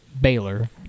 Baylor